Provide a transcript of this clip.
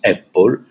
Apple